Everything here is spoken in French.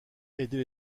aider